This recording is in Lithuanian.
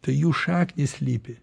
tai jų šaknys slypi